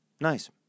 Nice